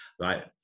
right